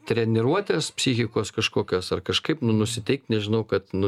treniruotės psichikos kažkokios ar kažkaip nu nusiteikt nežinau kad nu